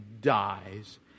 dies